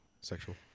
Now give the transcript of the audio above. sexual